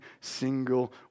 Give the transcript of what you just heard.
single